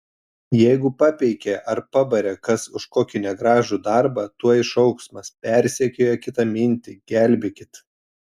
jeigu papeikė ar pabarė kas už kokį negražų darbą tuoj šauksmas persekioja kitamintį gelbėkit